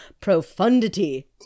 profundity